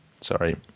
Sorry